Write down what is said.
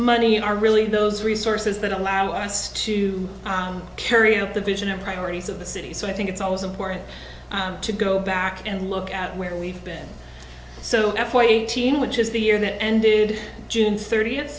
money are really those resources that allow us to carry out the vision and priorities of the city so i think it's always important to go back and look at where we've been so that's why eighteen which is the year that ended june thirtieth